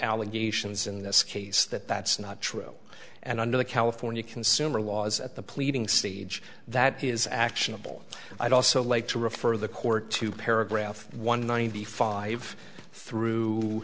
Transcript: allegations in this case that that's not true and under the california consumer laws at the pleading stage that is actionable i'd also like to refer the court to paragraph one ninety five through